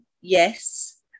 yes